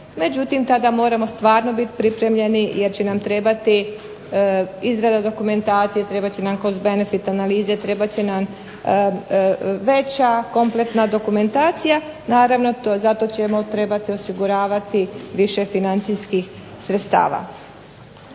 međutim tada moramo stvarno biti pripremljeni, jer će nam trebati izrada dokumentacije, trebat će nam cost benefit analize, trebat će nam veća kompletna dokumentacija, naravno za to ćemo trebati osiguravati više financijskih sredstava.